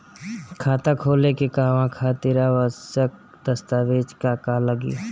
खाता खोले के कहवा खातिर आवश्यक दस्तावेज का का लगी?